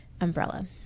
umbrella